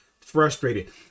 frustrated